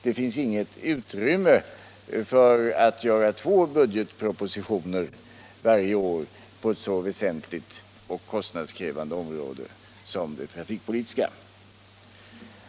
Det finns inget utrymme för två budgetpropositioner varje år på ett så väsentligt kostnadskrävande område som det trafikpolitiska.